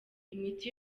imiti